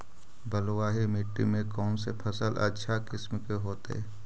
बलुआही मिट्टी में कौन से फसल अच्छा किस्म के होतै?